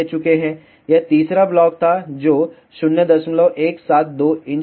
यह तीसरा ब्लॉक था जो 0172 इंच था